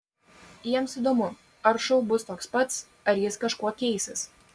jiems įdomu ar šou bus toks pats ar jis kažkuo keisis